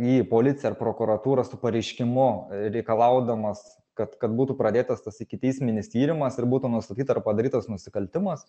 į policiją ar prokuratūrą su pareiškimu reikalaudamas kad kad būtų pradėtas tas ikiteisminis tyrimas ir būtų nustatyta ar padarytas nusikaltimas